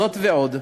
זאת ועוד,